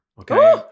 Okay